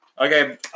Okay